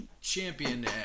Champion